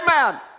Amen